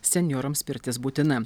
senjorams pirtis būtina